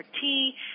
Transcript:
tea